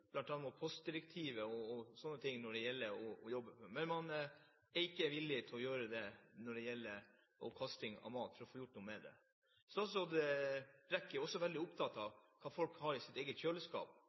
og bl.a. jobbe mot postdirektivet og slike ting. Men man er ikke villig til å gjøre det når det gjelder å få gjort noe med kasting av mat. Statsråd Brekk er også veldig opptatt av